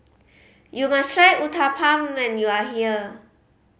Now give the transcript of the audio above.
you must try Uthapam when you are here